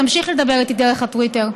תמשיכי לדבר איתי דרך הטוויטר.